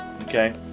okay